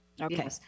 Okay